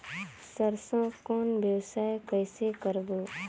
सरसो कौन व्यवसाय कइसे करबो?